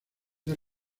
del